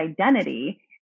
identity